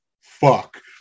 fuck